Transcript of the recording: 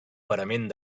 parament